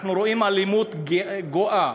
אנחנו רואים אלימות גואה,